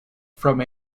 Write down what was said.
from